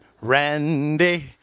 Randy